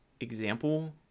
example